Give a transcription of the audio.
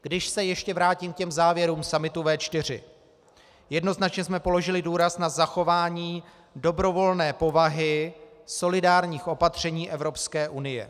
Když se ještě vrátím k závěrům summitu V4, jednoznačně jsme položili důraz na zachování dobrovolné povahy solidárních opatření Evropské unie.